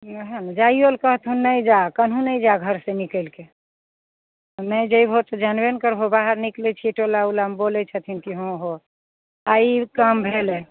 ओहए ने जाइयो ला कहथुन नहि जा कनहु नहि जा घर से निकलिके नहि जेबहो तऽ जनबो नहि करबो बाहर निकलैत छी टोला ओलामे बोलैत छथिन की हँ हो आइ ई काम भेलै